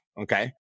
okay